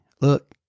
look